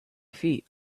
feet